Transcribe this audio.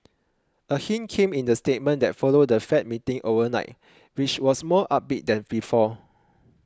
a hint came in the statement that followed the Fed meeting overnight which was more upbeat than before